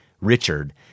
Richard